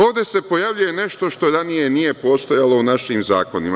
Ovde se pojavljuje nešto što ranije nije postojalo u našim zakonima.